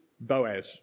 Boaz